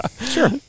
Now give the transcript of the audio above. Sure